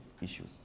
issues